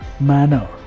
manner